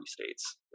states